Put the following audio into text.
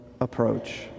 approach